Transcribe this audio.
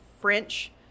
french